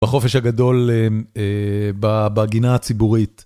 בחופש הגדול, בגינה הציבורית.